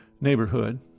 neighborhood